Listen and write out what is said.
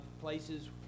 places